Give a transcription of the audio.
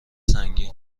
سنگین